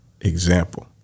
Example